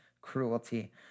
cruelty